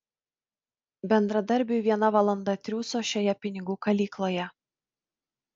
bendradarbiui viena valanda triūso šioje pinigų kalykloje